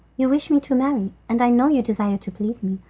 you wish me to marry, and i know you desire to please me,